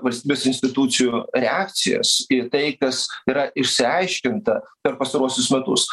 valstybės institucijų reakcijas į tai kas yra išsiaiškinta per pastaruosius metus